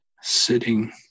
sitting